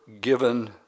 given